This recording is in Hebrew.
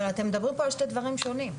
אבל אתם מדברים פה על שני דברים שונים.